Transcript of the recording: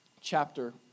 chapter